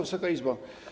Wysoka Izbo!